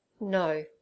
No